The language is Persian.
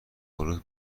تون